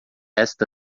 esta